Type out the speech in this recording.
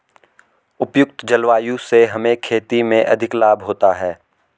उपयुक्त जलवायु से हमें खेती में अधिक लाभ होता है